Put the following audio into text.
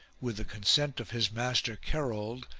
with the consent of his master kerold,